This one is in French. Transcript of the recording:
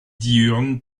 diurne